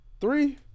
Three